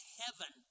heaven